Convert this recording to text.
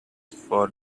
for